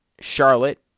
Charlotte